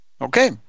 Okay